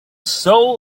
soul